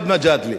גאלב מג'אדלה,